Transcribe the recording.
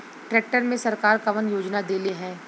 Tractor मे सरकार कवन योजना देले हैं?